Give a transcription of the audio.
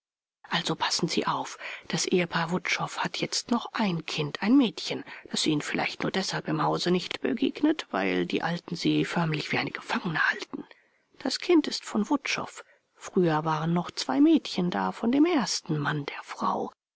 also passen sie auf das ehepaar wutschow hat jetzt noch ein kind ein mädchen das ihnen vielleicht nur deshalb im hause nicht begegnet weil die alten sie förmlich wie eine gefangene halten das kind ist von wutschow früher waren noch zwei mädchen da von dem ersten mann der frau